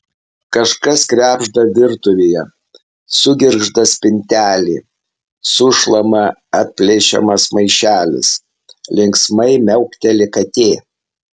kažkas krebžda virtuvėje sugirgžda spintelė sušlama atplėšiamas maišelis linksmai miaukteli katė